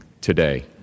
today